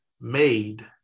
made